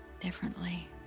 differently